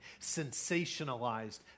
Sensationalized